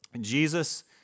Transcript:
Jesus